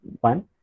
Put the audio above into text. one